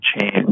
change